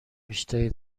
بیشتری